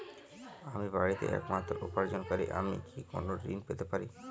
আমি বাড়িতে একমাত্র উপার্জনকারী আমি কি কোনো ঋণ পেতে পারি?